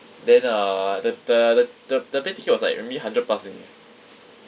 then uh the the the the the plane ticket was like maybe hundred plus only